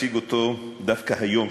וראוי להציג אותו דווקא היום,